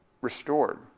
restored